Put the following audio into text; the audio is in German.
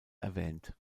erwähnt